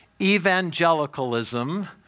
evangelicalism